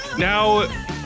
Now